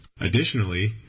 Additionally